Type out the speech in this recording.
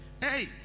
Hey